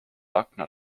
akna